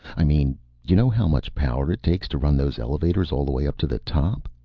i mean you know how much power it takes to run those elevators all the way up to the top?